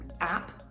app